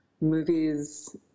movies